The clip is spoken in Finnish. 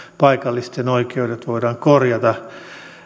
paikallisten oikeudet voidaan korjata